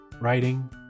writing